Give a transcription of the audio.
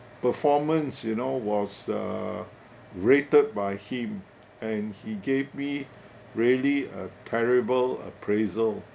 performance you know was uh rated by him and he gave me really a terrible appraisal